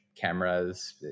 cameras